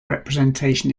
representation